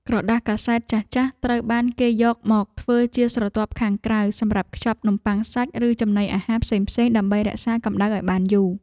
ក្រដាសកាសែតចាស់ៗត្រូវបានគេយកមកធ្វើជាស្រទាប់ខាងក្រៅសម្រាប់ខ្ចប់នំបុ័ងសាច់ ឬចំណីអាហារផ្សេងៗដើម្បីរក្សាកម្ដៅឱ្យបានយូរ។